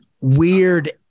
Weird